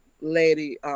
Lady